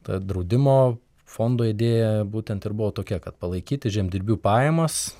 ta draudimo fondo idėja būtent ir buvo tokia kad palaikyti žemdirbių pajamas